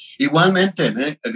Igualmente